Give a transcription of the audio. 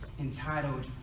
entitled